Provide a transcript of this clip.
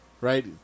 right